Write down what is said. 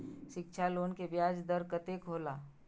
शिक्षा लोन के ब्याज दर कतेक हौला?